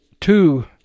two